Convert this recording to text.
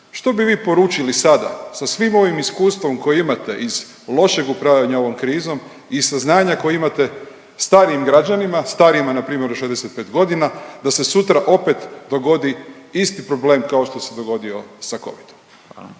Što bi vi poručili sada, sa svim ovim iskustvom koje imate iz lošeg upravljanja ovom krizom i saznanja koji imate starijim građanima, starijima, npr. od 65 godina da se sutra opet dogodi isti problem kao što se dogodio sa Covidom.